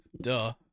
Duh